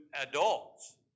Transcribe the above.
adults